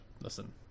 listen